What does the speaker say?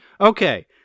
Okay